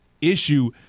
issue